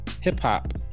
hip-hop